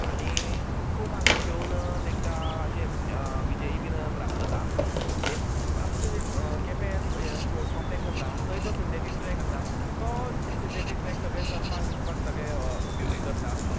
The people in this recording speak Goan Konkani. आनी खूब हांगा खेळून तेंकां अशें वियज बीन प्राप्त जाता म्हणजे आमचे जें केपें स्पोर्ट्स कॉम्पलेक्स आसा थंय जो सिंथेथीक ट्रॅक आसा तो सिंथेथीक ट्रॅक सगळे चलपाक बिलपाक सगळे उपयोगी करतात